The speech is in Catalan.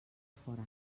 fora